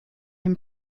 him